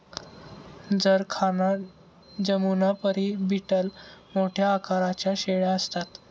जरखाना जमुनापरी बीटल मोठ्या आकाराच्या शेळ्या असतात